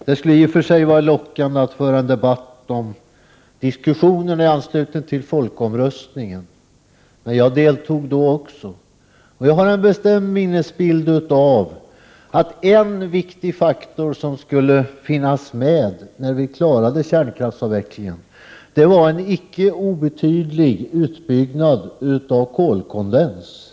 Det skulle i och för sig vara lockande att föra en debatt i anslutning till diskussionen om folkomröstningen. Jag deltog också då, och jag har en bestämd minnesbild av att en viktig faktor som skulle finnas med när det gällde att klara kärnkraftsavvecklingen var en icke obetydlig utbyggnad på kolkondensområdet.